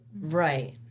Right